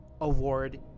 award